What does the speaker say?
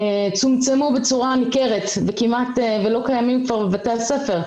צומצמו בצורה ניכרת וכמעט שלא קיימים כבר בבתי הספר,